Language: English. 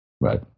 Right